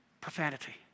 Profanity